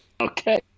Okay